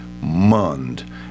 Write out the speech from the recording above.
Mund